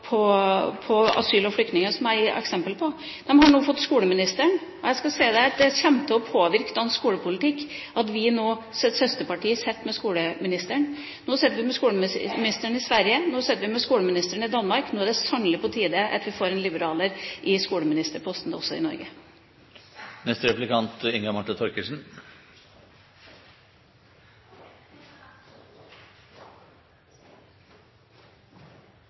gjennomslag på asyl- og flyktningpolitikk, som jeg ga eksempler på. De har nå fått skoleministeren. Det kommer til å påvirke dansk skolepolitikk at vårt søsterparti nå sitter med skoleministeren. Nå sitter vi med skoleministeren i Sverige, nå sitter vi med skoleministeren i Danmark, nå er det sannelig på tide at vi får en liberaler i skoleministerposten også i Norge. En ministerpost som Venstre uansett ikke får, er